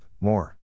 More